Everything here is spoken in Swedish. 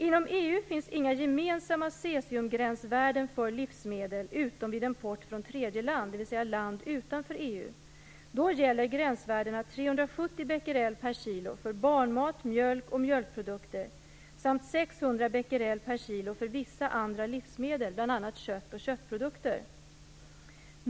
Inom EU inns inga gemensamma cesiumgränsvärden för livsmedel utom vid import från tredje land, dvs. land utanför EU. Då gäller gränsvärdena 370 600 Bq/kg för vissa andra livsmedel, bl.a. kött och köttprodukter.